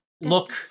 look